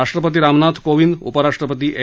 राष्ट्रपती रामनाथ कोविंद उपराष्ट्रपती एम